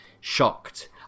shocked